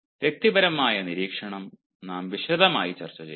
വ്യക്തിപരമായ നിരീക്ഷണം നാം വിശദമായി ചർച്ച ചെയ്യും